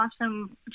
awesome